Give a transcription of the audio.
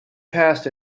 past